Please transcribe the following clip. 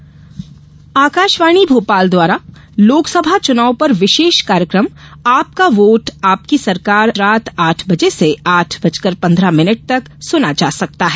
विशेष कार्यक्रम आकाशवाणी भोपाल द्वारा लोकसभा चुनाव पर विशेष कार्यक्रम आपका वोट आपकी सरकार हर मंगलवार रात आठ बजे से आठ बजकर पन्द्रह मिनट तक सुना जा सकता है